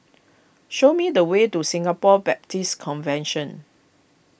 show me the way to Singapore Baptist Convention